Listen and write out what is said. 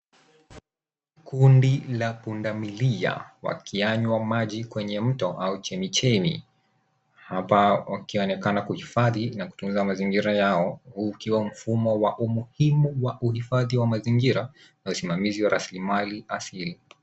Kundi la pundamilia wakiyanywa maji kwenye mto au chemichemi. Hapa wakionekana kuhifadhi na kutunza mazingira yao. Huu ukiwa mfumo wa umuhimu wa uhifadhi wa mazingira na usimamizi wa rasilimali asili.